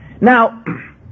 Now